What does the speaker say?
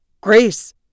Grace